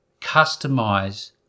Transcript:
customize